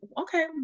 okay